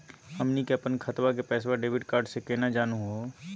हमनी के अपन खतवा के पैसवा डेबिट कार्ड से केना जानहु हो?